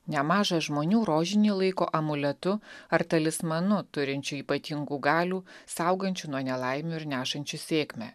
nemaža žmonių rožiniu laiko amuletu ar talismanu turinčiu ypatingų galių saugančių nuo nelaimių ir nešančių sėkmę